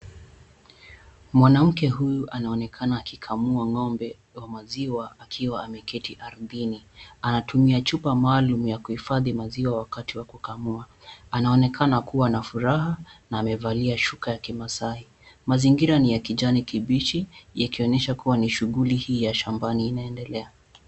Mwanamke huyu anaonekana akikamua ng'ombe wa maziwa akiwa ameketi ardhini. Anatumia chupa maalum ya kuhifadhi maziwa wakati wa kukamua. Anaonekana kuwa na furaha, na amevalia shuka ya kimaasai. Mazingira ni ya kijani kibichi yakionyesha kuwa ni shughuli hii ya shambani inaendelea.